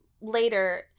later